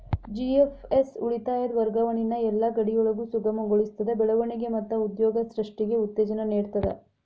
GFS ಉಳಿತಾಯದ್ ವರ್ಗಾವಣಿನ ಯೆಲ್ಲಾ ಗಡಿಯೊಳಗು ಸುಗಮಗೊಳಿಸ್ತದ, ಬೆಳವಣಿಗೆ ಮತ್ತ ಉದ್ಯೋಗ ಸೃಷ್ಟಿಗೆ ಉತ್ತೇಜನ ನೇಡ್ತದ